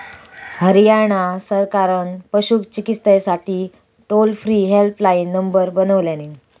हरयाणा सरकारान पशू चिकित्सेसाठी टोल फ्री हेल्पलाईन नंबर बनवल्यानी